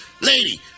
lady